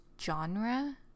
genre